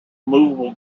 moveable